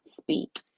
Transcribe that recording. speak